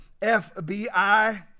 FBI